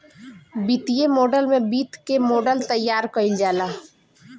वित्तीय मॉडल में वित्त कअ मॉडल तइयार कईल जाला